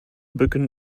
bücken